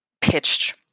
pitched